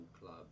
club